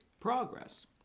progress